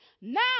Now